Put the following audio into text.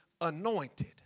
anointed